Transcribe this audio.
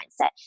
mindset